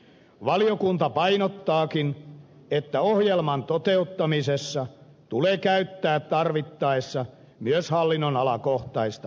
valiokunta painottaakin että ohjelman toteuttamisessa tulee käyttää tarvittaessa myös hallinnonalakohtaista harkintaa